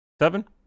seven